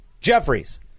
Jeffries